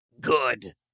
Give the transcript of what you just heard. Good